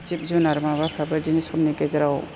जिब जुनार माबाफोरा बिदिनो समनि गेजेराव